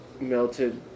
melted